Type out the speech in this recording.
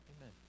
Amen